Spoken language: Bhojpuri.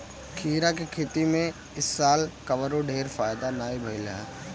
खीरा के खेती में इ साल कवनो ढेर फायदा नाइ भइल हअ